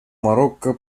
марокко